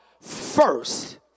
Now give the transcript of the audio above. first